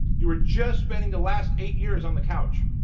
you were just spending the last eight years on the couch,